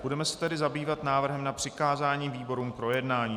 Budeme se tedy zabývat návrhem na přikázání výborům k projednání.